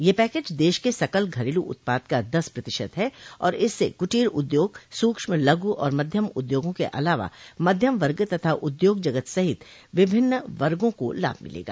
यह पैकेज देश के सकल घरेलू उत्पाद का दस प्रतिशत है और इससे कूटीर उद्योग स्क्ष्म लघु और मध्यम उद्यमों के अलावा मध्य वर्ग तथा उद्योग जगत सहित विभिन्न वर्गो को लाभ मिलेगा